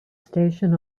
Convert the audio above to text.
station